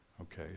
Okay